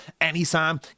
anytime